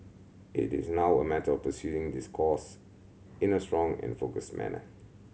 it is now a matter of pursuing this course in a strong and focused manner